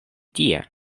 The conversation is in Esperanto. tie